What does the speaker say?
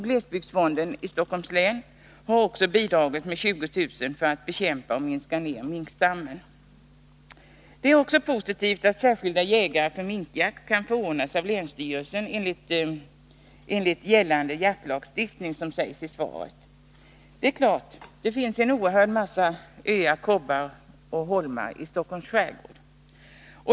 Glesbygdsfonden i Stockholms län har också bidragit med 20 000 kr. för att bekämpa och minska minkstammen. Det är också positivt att särskilda jägare för minkjakt enligt gällande jaktlagstiftning kan förordnas av länsstyrelsen, som det sägs i svaret. Det finns en oerhörd massa öar, kobbar och holmar i Stockholms skärgård.